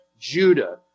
Judah